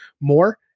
more